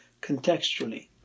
contextually